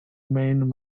main